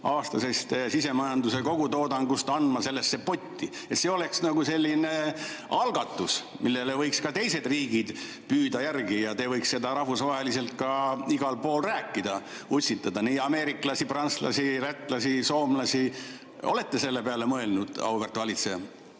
aastasest sisemajanduse kogutoodangust andma sellesse potti? See oleks nagu selline algatus, millele võiks ka teised riigid järgi püüda. Ja te võiks sellest rahvusvaheliselt ka igal pool rääkida, utsitada nii ameeriklasi, prantslasi, lätlasi, soomlasi. Olete selle peale mõelnud, auväärt valitseja?